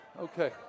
okay